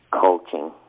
coaching